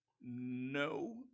No